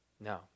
No